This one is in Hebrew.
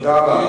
תודה רבה.